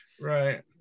Right